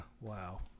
Wow